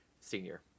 Senior